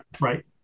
right